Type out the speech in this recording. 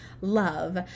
love